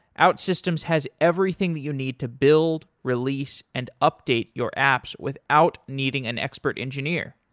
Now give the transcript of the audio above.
outsystems has everything that you need to build, release and update your apps without needing an expert engineer.